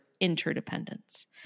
interdependence